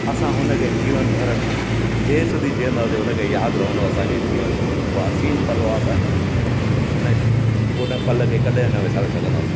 असां हुन खे जीवन भर जेसिताईं जीअंदासीं हुन खे यादि रहंदो असांखे जीवन जो हो हसीन पल हुआ असांजा हुन हुन पल खे कॾहिं न विसारे सघंदासीं